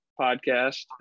podcast